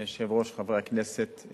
אדוני היושב-ראש, חברי הכנסת,